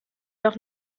doch